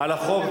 על החוק.